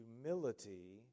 humility